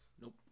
Nope